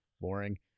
Boring